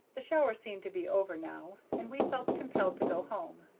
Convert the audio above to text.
the shower seemed to be over now, and we felt compelled to go home,